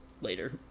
later